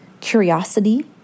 curiosity